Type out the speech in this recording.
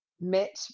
met